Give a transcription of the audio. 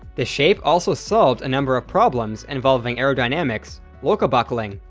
the shape also solved a number of problems involving aerodynamics, local buckling,